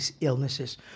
illnesses